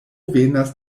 venas